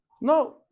No